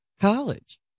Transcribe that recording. college